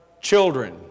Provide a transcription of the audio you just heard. children